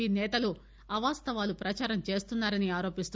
P నేతలు అవాస్తవాలు ప్రచారం చేస్తున్నారాని ఆరోపిస్తూ